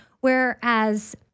Whereas